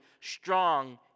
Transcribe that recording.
strong